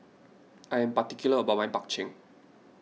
I am particular about my Bak Chang